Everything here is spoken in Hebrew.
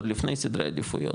עוד לפני סדרי עדיפויות.